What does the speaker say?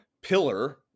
pillar